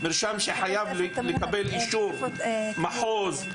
מרשם שחייב לקבל אישור מחוז,